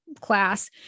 class